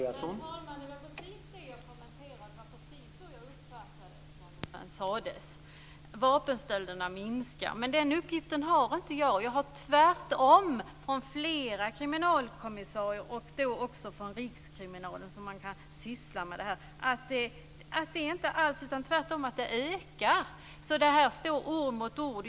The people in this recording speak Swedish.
Herr talman! Det var precis det jag kommenterade och precis så jag uppfattade det som sades, alltså att vapenstölderna minskar. Men den uppgiften har inte jag. Tvärtom har jag från flera kriminalkommissarier och också från Rikskriminalen som sysslar med detta uppgifter om att det är en ökning, så här står ord mot ord.